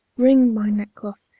wring my neckcloth,